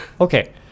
Okay